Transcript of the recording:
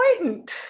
important